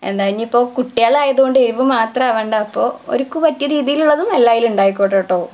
എന്താ ഇനിയിപ്പോള് കുട്ടികളായതുകൊണ്ട് എരിവ് മാത്രമാവണ്ട അപ്പോള് അവർക്ക് പറ്റിയ രീതിലുള്ളതും എല്ലാം അതിലുണ്ടായിക്കോട്ടേട്ടോ